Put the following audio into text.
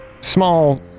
small